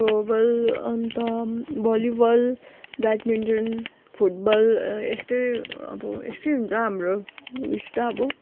throw ball अन्त volleyball badminton football यस्तै अब यस्तै हुन्छ हाम्रो उइस त अब